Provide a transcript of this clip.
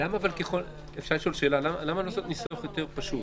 למה לא ניסוח יותר פשוט?